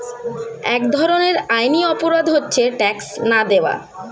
এক ধরনের আইনি অপরাধ হচ্ছে ট্যাক্স না দেওয়া